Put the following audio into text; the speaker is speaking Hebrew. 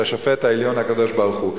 שהשופט העליון הוא הקדוש-ברוך-הוא.